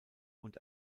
und